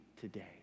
today